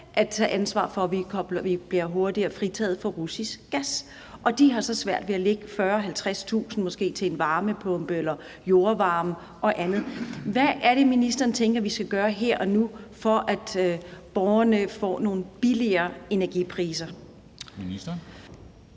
at tage ansvar for, at vi bliver hurtigere fritaget for russisk gas, og de har svært ved at lægge måske 40.000-50.000 kr. til en varmepumpe eller jordvarme eller andet. Hvad er det, ministeren tænker vi skal gøre her og nu, for at borgerne får nogle billigere energipriser? Kl.